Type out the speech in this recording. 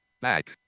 Back